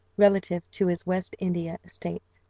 relative to his west india estates.